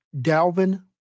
Dalvin